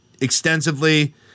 extensively